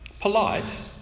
Polite